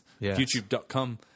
youtube.com